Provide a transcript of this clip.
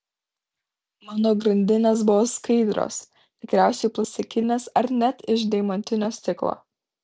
mano grandinės buvo skaidrios tikriausiai plastikinės ar net iš deimantinio stiklo